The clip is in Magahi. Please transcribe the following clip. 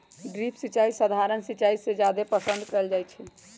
ड्रिप सिंचाई सधारण सिंचाई से जादे पसंद कएल जाई छई